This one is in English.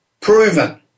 proven